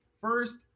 First